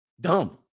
Dumb